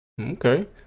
okay